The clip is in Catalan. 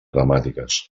temàtiques